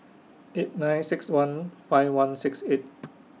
eight nine six one five one six eight